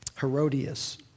Herodias